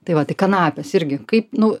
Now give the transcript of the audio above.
tai va tai kanapės irgi kaip nu